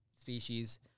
species